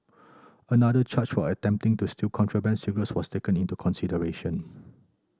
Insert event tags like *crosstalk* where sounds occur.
another charge for attempting to steal contraband cigarettes was taken into consideration *noise*